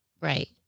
Right